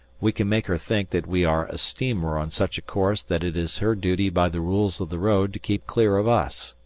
we can make her think that we are a steamer on such a course that it is her duty by the rules of the road to keep clear of us.